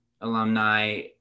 alumni